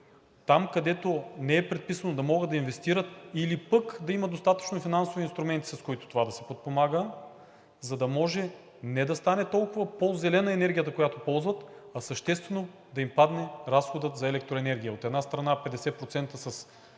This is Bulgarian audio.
Там, където не е предписано да могат да инвестират или пък да има достатъчно финансови инструменти, с които това да се подпомага, за да може не да стане толкова по-зелена енергията, която ползват, а съществено да им падне разходът за електроенергия. От една страна, 50% с изолацията